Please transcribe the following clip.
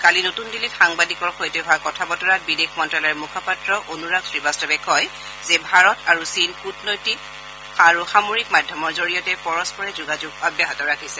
কালি নতুন দিল্লীত সাংবাদিকৰ সৈতে হোৱা কথা বতৰাত বিদেশ মন্ত্যালয়ৰ মুখপাত্ৰ অনুৰাগ শ্ৰীবাস্তৱে কয় যে ভাৰত আৰু চীন কূটনৈতিক আৰু সামৰিক মাধ্যমৰ জৰিয়তে পৰস্পৰে যোগাযোগ অব্যাহত ৰাখিছে